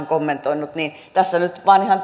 kommentoinut tässä nyt ihan